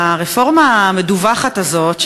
ברפורמה המדווחת הזאת,